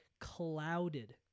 clouded